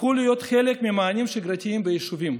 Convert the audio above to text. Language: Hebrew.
הפכו להיות חלק ממענים שגרתיים ביישובים.